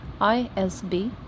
ISB